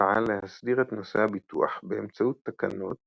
פעל להסדיר את נושא הביטוח באמצעות תקנות